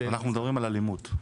אנחנו מדברים על אלימות.